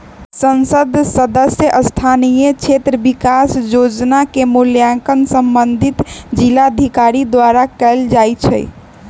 संसद सदस्य स्थानीय क्षेत्र विकास जोजना के मूल्यांकन संबंधित जिलाधिकारी द्वारा कएल जाइ छइ